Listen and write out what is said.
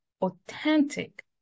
authentic